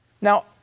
Now